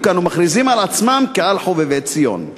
כאן ומכריזים על עצמם כעל חובבי ציון.